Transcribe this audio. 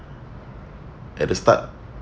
at the start